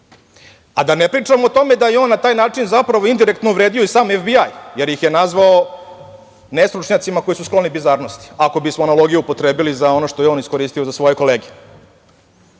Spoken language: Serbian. Da ne pričamo o tome da je on na taj način zapravo indirektno uvredio i sam FBI, jer ih je nazvao nestručnjacima koji su skloni bizarnosti, ako bismo analogiju upotrebili za ono što je on iskoristio za svoje kolege. Nisam